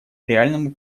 реальному